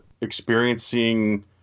experiencing